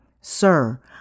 Sir